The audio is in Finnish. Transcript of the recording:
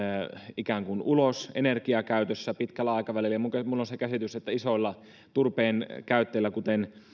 ikään kuin ulos energiakäytössä pitkällä aikavälillä ja minulla on se käsitys että isoilla turpeenkäyttäjillä kuten